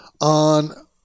on